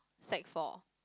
sec four